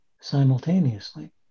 simultaneously